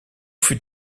fut